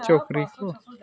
ᱪᱟᱹᱯᱨᱤ ᱠᱚ